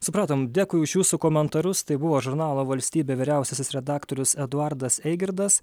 supratom dėkui už jūsų komentarus tai buvo žurnalo valstybė vyriausiasis redaktorius eduardas eigirdas